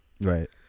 Right